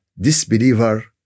disbeliever